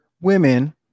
women